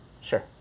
Sure